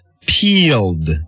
peeled